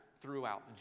throughout